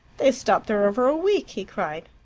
they've stopped there over a week! he cried.